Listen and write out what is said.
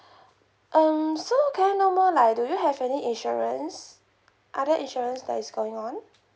um so can I know more like do you have any insurance other insurance that is going on